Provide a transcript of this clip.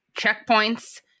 checkpoints